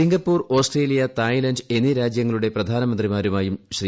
Singapore Australia Thailand എന്നീ രാജ്യങ്ങളുടെ പ്രധാനമന്ത്രിമാരുമായും ശ്രീ